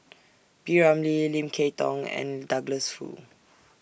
P Ramlee Lim Kay Tong and Douglas Foo